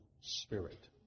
spirit